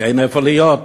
כי אין איפה להיות.